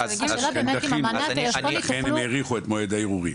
לכן הם האריכו את מועד הערעורים.